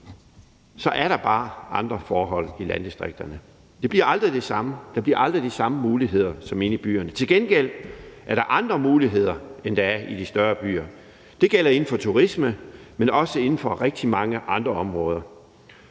er der bare andre forhold i landdistrikterne. Det bliver aldrig det samme. Der bliver aldrig de samme muligheder som inde i byerne. Til gengæld er der andre muligheder, end der er i de større byer. Det gælder inden for turisme, men også inden for rigtig mange andre områder.